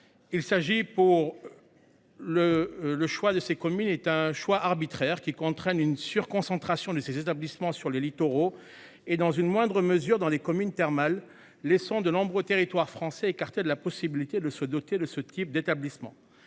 le choix de ces communes est un choix arbitraire qui comprennent une surconcentration de ces établissements sur les littoraux et dans une moindre mesure dans les communes thermales laissant de nombreux territoires français écarté de la possibilité de se doter de ce type d'établissement.